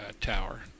tower